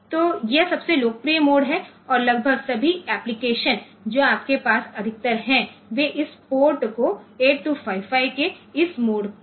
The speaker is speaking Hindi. तो यह सबसे लोकप्रिय मोड है और लगभग सभी एप्लिकेशन जो आपके पास अधिकतर हैं वे इस पोर्ट को 8255 के इस मोड का उपयोग कर रहे होंगे